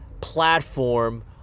platform